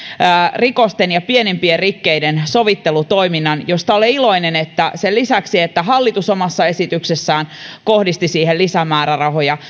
rikosten ja pienempien rikkeiden sovittelutoiminnan josta olen iloinen että sen lisäksi että hallitus omassa esityksessään kohdisti siihen lisämäärärahoja